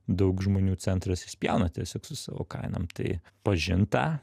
daug žmonių centras išspjauna tiesiog su savo kainom tai pažint tą